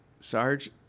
Sarge